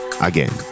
again